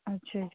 ਅੱਛਾ ਜੀ